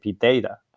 data